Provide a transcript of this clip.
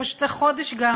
פשוט החודש גם